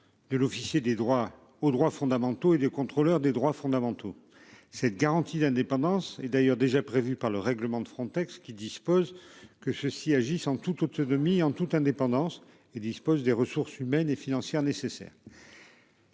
de l'officier des droits aux droits fondamentaux et des contrôleurs des droits fondamentaux. Cette garantie d'indépendance et d'ailleurs déjà prévue par le règlement de Frontex, qui dispose que ceux-ci agissent en toute autonomie et en toute indépendance et dispose des ressources humaines et financières nécessaires.